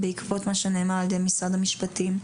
בעקבות מה שנאמר על ידי משרד המשפטים,